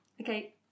Okay